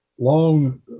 Long